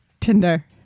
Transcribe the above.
Tinder